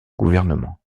gouvernement